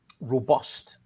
Robust